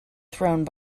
throne